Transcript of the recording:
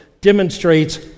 demonstrates